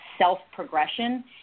self-progression